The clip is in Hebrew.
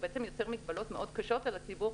שיוצר מגבלות מאוד קשות על הציבור,